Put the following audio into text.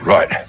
Right